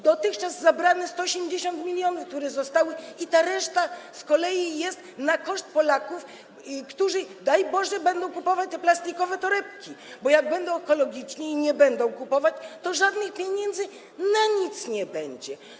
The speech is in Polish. Dotychczas zabrano 180 mln, które zostały, i ta reszta z kolei jest na koszt Polaków, którzy, daj Boże, będą kupować te plastikowe torebki, bo jeśli będą ekologiczni i nie będą kupować, to żadnych pieniędzy na nic nie będzie.